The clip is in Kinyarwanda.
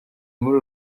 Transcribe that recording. muri